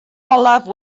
olaf